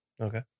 Okay